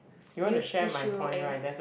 use tissue and